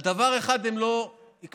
על דבר אחד הם לא הקפידו,